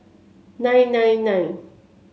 nine nine nine